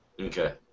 Okay